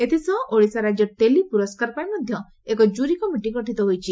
ଏଥିସହ ଓଡିଶା ରାଜ୍ୟ ଟେଲି ପୁରସ୍କାର ପାଇଁ ମଧ୍ଧ ଏକ ଜୁରୀ କମିଟି ଗଠିତ ହୋଇଛି